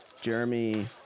Jeremy